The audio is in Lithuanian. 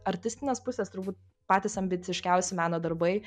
artistinės pusės turbūt patys ambiciškiausi meno darbai